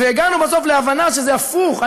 והגענו בסוף להבנה שזה הפוך.